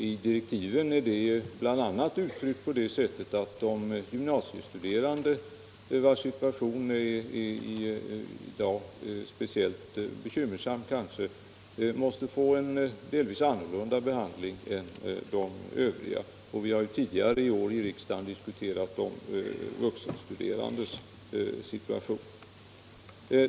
I direktiven är det bl.a. uttryckt på det sättet att de gymnasiestuderande, vilkas situation i dag kanske är speciellt bekymmersam, måste få en delvis annorlunda behandling än de övriga. Och vi har ju tidigare i år i riksdagen diskuterat de vuxenstuderandes situation.